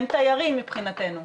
הם תיירים מבחינתנו.